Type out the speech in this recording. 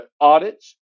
audits